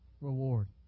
reward